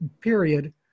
period